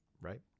Right